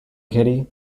kitty